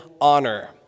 honor